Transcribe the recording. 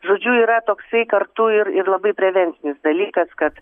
žodžiu yra toksai kartu ir ir labai prevencinis dalykas kad